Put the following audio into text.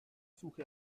suche